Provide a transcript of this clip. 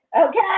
Okay